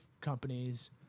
companies